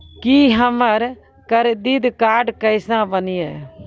की हमर credit card केसे बनिये?